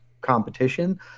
competition